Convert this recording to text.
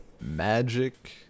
Magic